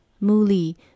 Muli